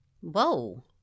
Whoa